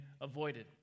avoided